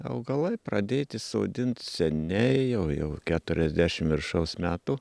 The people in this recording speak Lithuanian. augalai pradėti sodinti seniai jau jau keturiasdešimt viršaus metų